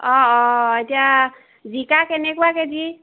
অঁ অঁ এতিয়া জিকা কেনেকুৱা কেজি